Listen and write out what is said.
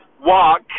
walk